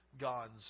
God's